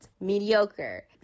mediocre